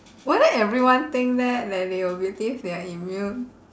why let everyone think that that they will believe they are immune